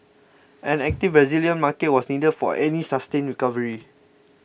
an active Brazilian market was needed for any sustained recovery